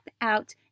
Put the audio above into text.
out